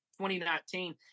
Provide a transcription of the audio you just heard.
2019